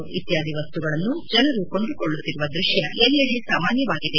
ಹೂವು ಇತ್ಯಾದಿ ವಸ್ತುಗಳನ್ನು ಜನರು ಕೊಂಡುಕೊಳ್ಳುತ್ತಿರುವ ದೃಶ್ಯ ಎಲ್ಲೆಡೆ ಸಾಮಾನ್ಯವಾಗಿದೆ